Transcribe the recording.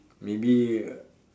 maybe